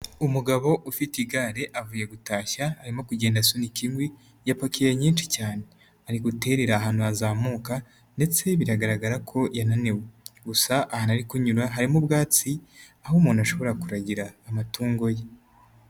Umugabo ufite igare avuye gutashya, arimo kugenda asunika inkwi yapakiye nyinshi cyane, ari guterera ahantu hazamuka ndetse biragaragara ko yananiwe, gusa aho ari kunyura harimo ubwatsi, aho umuntu ashobora kuragira amatungo ye.